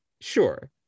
sure